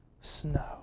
snow